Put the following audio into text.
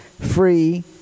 free